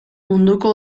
munduko